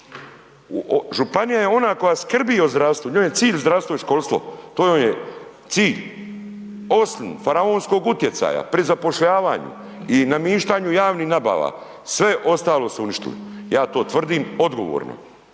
Županija je ona koja skrbi o zdravstvu, njoj je cilj zdravstvo i školstvo, to joj je cilj. Osim faraonskog utjecaja pri zapošljavanju i namištanju javnih nabava sve ostalo su uništili, ja to tvrdim odgovorno,